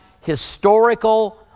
historical